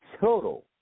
total